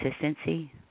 consistency